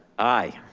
aye.